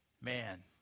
man